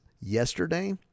yesterday